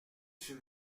s’il